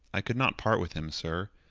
i could not part with him, sir.